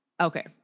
Okay